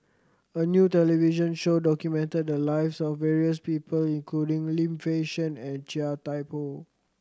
a new television show documented the lives of various people including Lim Fei Shen and Chia Thye Poh